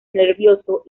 nervioso